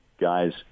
guys